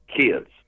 kids